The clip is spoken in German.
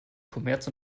kommerz